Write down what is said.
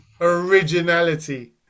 Originality